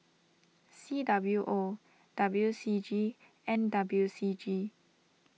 C W O W C G and W C G